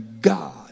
God